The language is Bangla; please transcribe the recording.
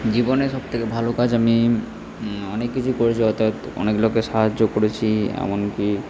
জীবনে সবথেকে ভালো কাজ আমি অনেক কিছুই করেছি অর্থাৎ অনেক লোকের সাহায্য করেছি এমনকী